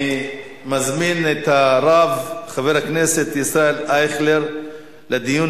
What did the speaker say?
אני מזמין את הרב חבר הכנסת ישראל אייכלר לדיון